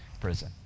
prison